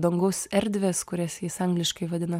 dangaus erdvės kurias jis angliškai vadina